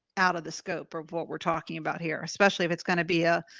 out of the scope of what we're talking about here, especially if it's going to be a.